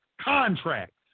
Contracts